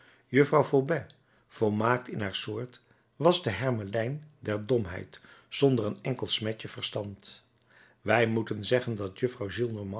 juffrouw vaubois volmaakt in haar soort was de hermelijn der domheid zonder een enkel smetje verstand wij moeten zeggen dat juffrouw